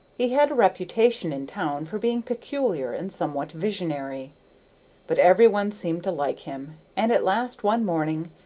he had a reputation in town for being peculiar and somewhat visionary but every one seemed to like him, and at last one morning,